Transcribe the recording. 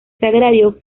sagrario